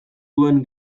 duen